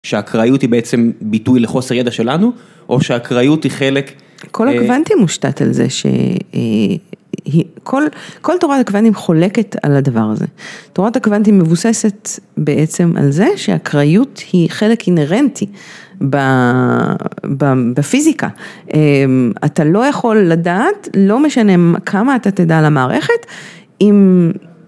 שאקראיות היא בעצם ביטוי לחוסר ידע שלנו, או שאקראיות היא חלק... כל הקוונטים מושתת על זה, שכל תורת הקוונטים חולקת על הדבר הזה. תורת הקוונטים מבוססת בעצם על זה שאקראיות היא חלק אינהרנטי בפיזיקה. אתה לא יכול לדעת, לא משנה כמה אתה תדע על המערכת, אם...